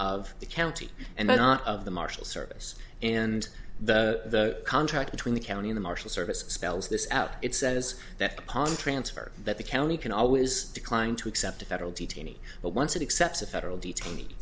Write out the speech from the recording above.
of the county and not of the marshals service and the contract between the county in the marshal service spells this out it says that upon transfer that the county can always decline to accept a federal detainee but once it accepts a federal detainee